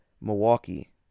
Milwaukee